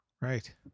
Right